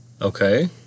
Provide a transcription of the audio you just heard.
Okay